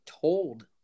told